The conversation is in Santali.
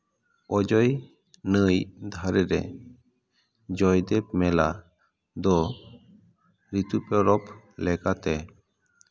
ᱚᱡᱚᱭ ᱱᱟᱹᱭ ᱫᱷᱟᱨᱮ ᱨᱮ ᱡᱚᱭᱫᱮᱵ ᱢᱮᱞᱟ ᱫᱚ ᱨᱤᱛᱩ ᱯᱚᱨᱚᱵᱽ ᱞᱮᱠᱟᱛᱮ